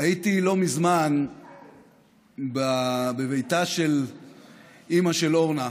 הייתי לא מזמן בביתה של אימא של אורנה,